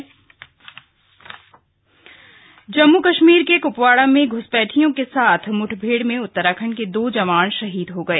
शहीद जम्म कश्मीर के कृपवाड़ा में घुसपैठियों के साथ मुठभेड़ में उत्तराखंड के दो जवान शहीद हो गए